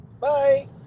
Bye